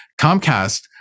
Comcast